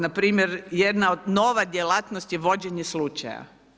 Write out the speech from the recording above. Npr. jedna nova djelatnost je vođenje slučaja.